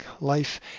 life